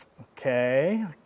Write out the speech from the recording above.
Okay